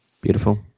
Beautiful